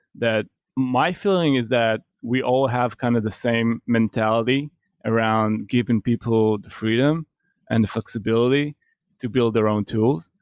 that my feeling is that we all have kind of the same mentality around giving people the freedom and flexibility to build their own tools.